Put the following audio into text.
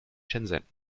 shenzhen